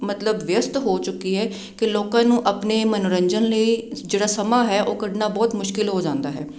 ਮਤਲਬ ਵਿਅਸਤ ਹੋ ਚੁੱਕੀ ਹੈ ਕਿ ਲੋਕਾਂ ਨੂੰ ਆਪਣੇ ਮਨੋਰੰਜਨ ਲਈ ਜਿਹੜਾ ਸਮਾਂ ਹੈ ਉਹ ਕੱਢਣਾ ਬਹੁਤ ਮੁਸ਼ਕਿਲ ਹੋ ਜਾਂਦਾ ਹੈ